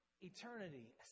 Eternity